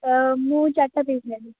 ମୁଁ ଚାରିଟା ପିସ୍ ନେବି